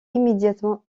immédiatement